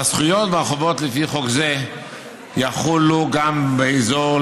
והזכויות והחובות לפי חוק זה יחולו גם באזור,